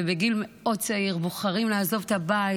ובגיל צעיר מאוד בוחרים לעזוב את הבית,